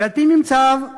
ועל-פי ממצאיו,